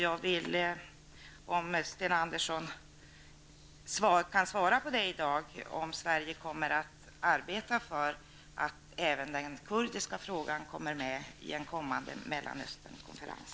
Kan Sten Andersson i dag svara på om Sverige kommer att arbeta för att även den kurdiska frågan kommer med i en kommande Mellanösternkonferens?